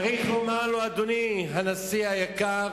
צריך לומר לו: אדוני הנשיא היקר,